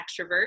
extrovert